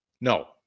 no